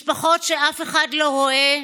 משפחות שאף אחד לא רואה,